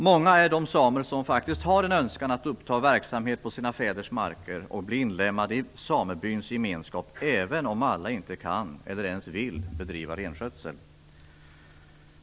Många är de samer som har en önskan att uppta verksamhet på sina fäders marker och bli inlemmade i samebyns gemenskap även om alla inte kan eller ens vill bedriva renskötsel.